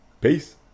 peace